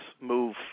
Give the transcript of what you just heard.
move